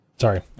Sorry